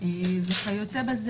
וכיוצא בזה.